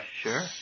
Sure